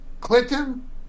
Clinton